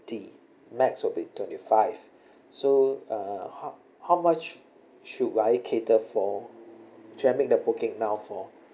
max will be twenty five so uh how how much should why I cater for should I make the booking now for